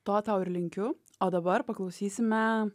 to tau ir linkiu o dabar paklausysime